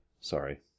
Sorry